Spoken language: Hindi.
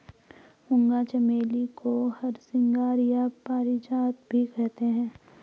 मूंगा चमेली को हरसिंगार या पारिजात भी कहते हैं